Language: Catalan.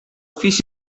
ofici